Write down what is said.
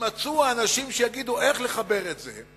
יימצאו האנשים שיגידו איך לחבר את זה,